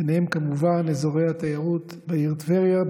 ובהם כמובן אזורי התיירות בעיר טבריה,